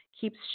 keeps